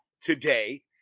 today